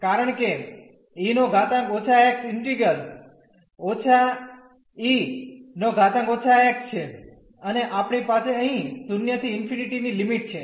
કારણ કે e−x integral −e−x છે અને આપણી પાસે અહીં 0 થી ∞ ની લિમિટ છે